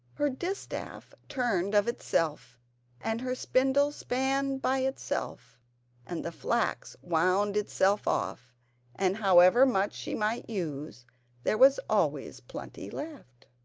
her distaff turned of itself and her spindle span by itself and the flax wound itself off and however much she might use there was always plenty left.